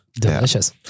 Delicious